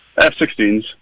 F-16s